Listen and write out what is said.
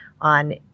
on